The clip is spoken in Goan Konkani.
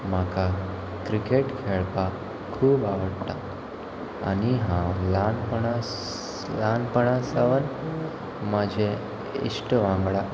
म्हाका क्रिकेट खेळपाक खूब आवडटा आनी हांव ल्हानपणासानपणा सावन म्हाजे इश्ट वांगडा